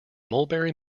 mulberry